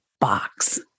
box